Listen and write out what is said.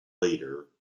later